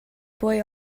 boy